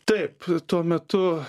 taip tuo metu